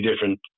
different